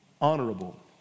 honorable